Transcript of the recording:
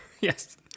Yes